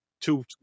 two